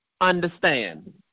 understand